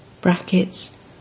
brackets